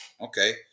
Okay